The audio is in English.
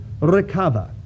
recover